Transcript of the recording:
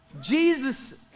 Jesus